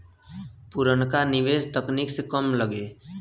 पुरनका निवेस तकनीक से कम लगे